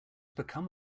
become